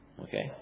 Okay